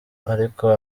ariko